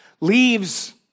Leaves